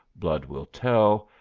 blood will tell,